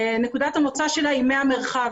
נקודת המוצא שלה היא מי המרחב.